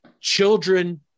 children